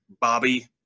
Bobby